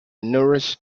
nourish